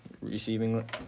receiving –